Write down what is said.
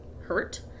hurt